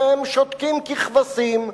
והם שותקים ככבשים,